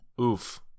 oof